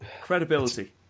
Credibility